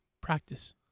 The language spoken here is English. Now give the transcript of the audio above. practice